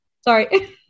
Sorry